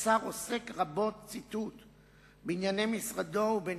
"השר עוסק רבות בענייני משרדו ובין